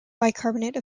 bicarbonate